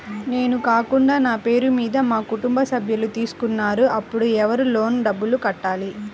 నేను కాకుండా నా పేరు మీద మా కుటుంబ సభ్యులు తీసుకున్నారు అప్పుడు ఎవరు లోన్ డబ్బులు కట్టాలి?